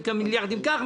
מיליארדים כך,